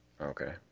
Okay